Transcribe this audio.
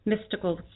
mystical